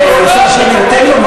לצעוק, אל תגיד לי: